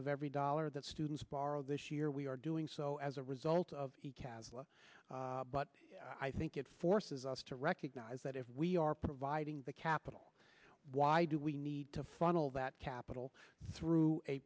of every dollar that students borrow this year we are doing so as a result of but i think it forces us to recognize that if we are providing the capital why do we need to funnel that capital through a